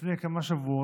לפני כמה שבועות,